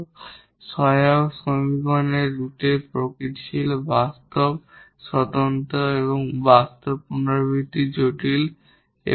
এবং অক্সিলিয়ারি সমীকরণের রুটের প্রকৃতি হল রিয়েল ডিস্টিংক্ট এবং রিয়েল রিপিটেড কমপ্লেক্স